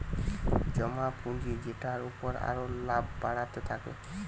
জমা পুঁজি যেটার উপর আরো লাভ বাড়তে থাকে